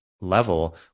level